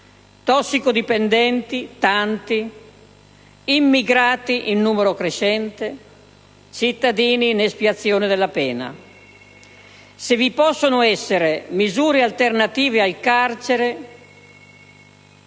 tossicodipendenti, tanti; immigrati, in numero crescente; cittadini in espiazione della pena. Se vi possono essere misure alternative al carcere